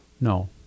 No